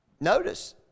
Notice